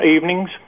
evenings